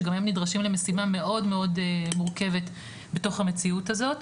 שגם הם נדרשים למשימה מאוד מאוד מורכבת בתוך המציאות הזאת.